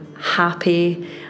happy